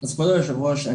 אז כבוד היו"ר אני